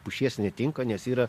pušies netinka nes yra